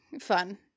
fun